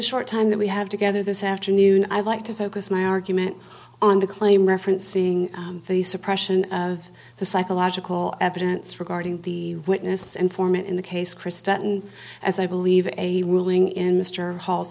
short time that we have together this afternoon i'd like to focus my argument on the claim referencing the suppression of the psychological evidence regarding the witness informant in the case kristen as i believe a ruling in mr hal